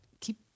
Keep